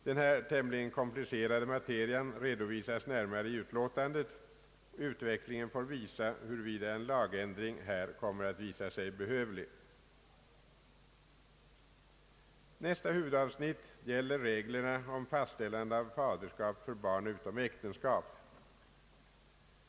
Denna tämligen komplicerade materia redovisas närmare i utlåtandet. Utvecklingen får visa, huruvida en lagändring här kommer att visa sig behövlig. Nästa huvudavsnitt gäller reglerna om fastställande av faderskap för barn utom äktenskap.